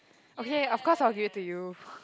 okay of course I will give it to you